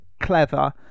clever